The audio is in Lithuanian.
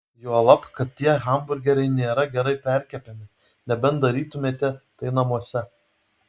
juolab kad tie hamburgeriai nėra gerai perkepami nebent darytumėte tai namuose